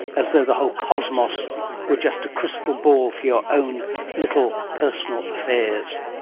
as though the whole cosmos were just a crystal ball for your own little personal affairs.